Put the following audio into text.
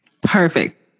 Perfect